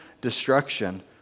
destruction